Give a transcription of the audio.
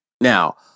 Now